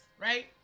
right